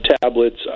tablets